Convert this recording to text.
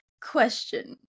Question